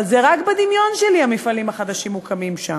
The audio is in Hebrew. אבל רק בדמיון שלי המפעלים החדשים מוקמים שם.